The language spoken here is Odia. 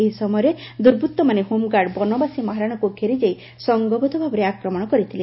ଏହି ସମୟରେ ଦୁର୍ବୃଭମାନେ ହୋମଗାର୍ଡ ବନବାସୀ ମହାରଣାଙ୍କୁ ଘେରିଯାଇ ସଙ୍ଗବଦ୍ଧ ଭାବେ ଆକ୍ରମଣ କରିଥିଲେ